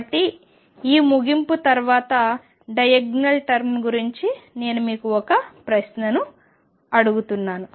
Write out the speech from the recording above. కాబట్టి ఈ ముగింపు తర్వాత డయాగ్నల్ టర్మ్ ల గురించి నేను మీకు ఒక ప్రశ్నను అడుగుతున్నాను